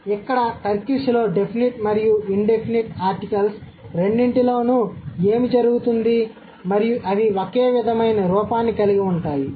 కాబట్టి ఇక్కడ టర్కిష్లో డెఫినిట్ మరియు ఇన్ డెఫినిట్ ఆర్టికల్స్ రెండింటిలోనూ ఏమి జరుగుతుంది మరియు అవి ఒకే విధమైన రూపాన్ని కలిగి ఉంటాయి